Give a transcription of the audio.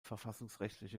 verfassungsrechtliche